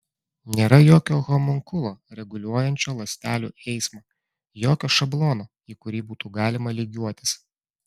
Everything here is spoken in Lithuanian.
nėra jokio homunkulo reguliuojančio ląstelių eismą jokio šablono į kurį būtų galima lygiuotis